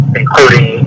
including